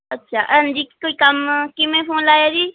ਅੱਛਾ ਹਾਂਜੀ ਕੋਈ ਕੰਮ ਕਿਵੇਂ ਫੋਨ ਲਾਇਆ ਜੀ